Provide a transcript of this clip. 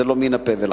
זה לא מן הפה ולחוץ.